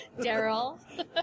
Daryl